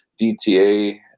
DTA